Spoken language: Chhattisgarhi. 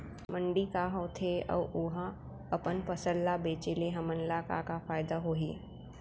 मंडी का होथे अऊ उहा अपन फसल ला बेचे ले हमन ला का फायदा होही?